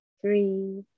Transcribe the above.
three